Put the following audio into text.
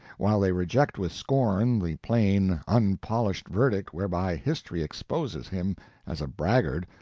while they reject with scorn the plain, unpolished verdict whereby history exposes him as a braggart,